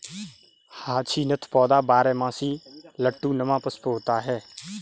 hyacinth पौधा बारहमासी लट्टू नुमा पुष्प होता है